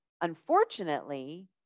Unfortunately